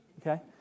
Okay